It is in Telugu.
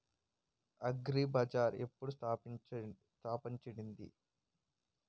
అగ్రి బజార్ ఎప్పుడు స్థాపించబడింది?